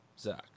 Zach